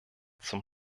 zum